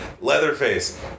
Leatherface